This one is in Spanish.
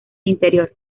interior